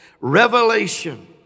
revelation